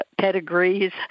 pedigrees